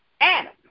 Adam